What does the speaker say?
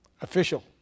official